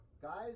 Guys